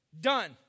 Done